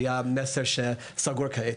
והיה מסר: סגור כעת.